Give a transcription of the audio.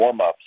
warmups